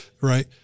right